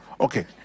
Okay